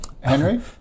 Henry